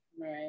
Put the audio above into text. right